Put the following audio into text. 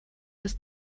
des